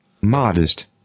Modest